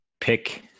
pick